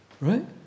right